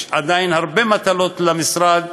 יש עדיין הרבה מטלות למשרד.